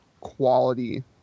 quality